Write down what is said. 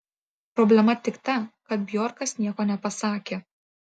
problema tik ta kad bjorkas nieko nepasakė